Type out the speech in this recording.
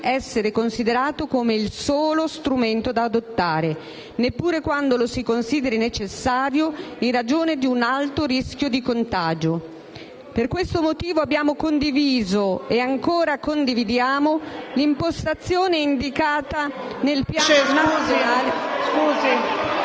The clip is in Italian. essere considerato come il solo strumento da adottare, neppure quando lo si consideri necessario in ragione di un alto rischio di contagio. Per questo motivo abbiamo condiviso, e ancora condividiamo, l'impostazione indicata nel Piano nazionale.